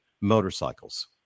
motorcycles